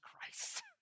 Christ